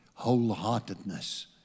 wholeheartedness